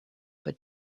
but